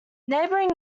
neighbouring